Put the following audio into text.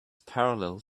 parallel